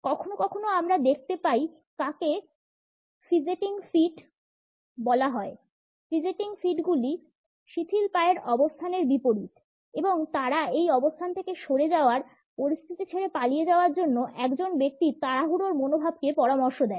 কখনও কখনও আমরা দেখতে পাই কাকে ফিজেটিং ফিট বলা হয় ফিজেটিং ফিটগুলি শিথিল পায়ের অবস্থানের বিপরীত এবং তারা এই অবস্থান থেকে সরে যাওয়ার পরিস্থিতি ছেড়ে পালিয়ে যাওয়ার জন্য একজন ব্যক্তির তাড়াহুড়োর মনোভাবকে পরামর্শ দেয়